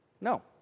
No